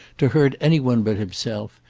to hurt any one but himself,